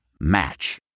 Match